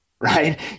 right